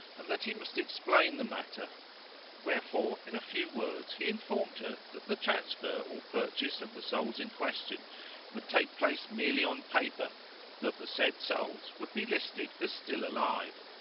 and that he must explain the matter wherefore in a few words he informed her that the transfer or purchase of the souls in question would take place merely on paper that the said souls would be listed as still alive.